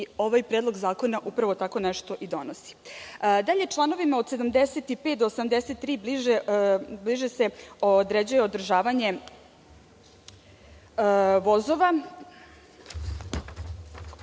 ovaj predlog zakona upravo tako nešto i donosi. Članovima od 75. do 83. bliže se određuje održavanje